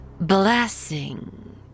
Blessing